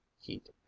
heat